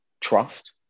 trust